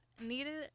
needed